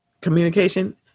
communication